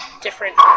different